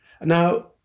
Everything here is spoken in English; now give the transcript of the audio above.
Now